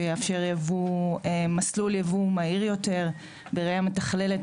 שיאפשר מסלול יבוא מהיר יותר בראייה מתכללת.